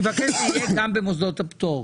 אני מבקש שזה יהיה גם במוסדות הפטור.